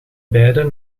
beide